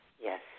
Yes